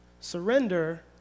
Surrender